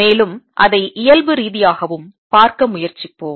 மேலும் அதை இயல்பு ரீதியாகவும் பார்க்க முயற்சிப்போம்